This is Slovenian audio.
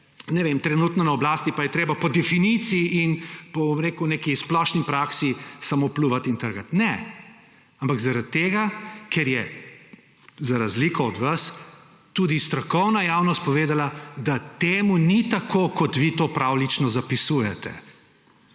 trenutno na oblasti, pa je treba po definiciji in po neki splošni praksi samo pljuvati in trgati. Ne! Ampak zaradi tega, ker je za razliko od vas tudi strokovna javnost povedala, da temu ni tako, kot vi to pravljično zapisujete.